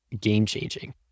game-changing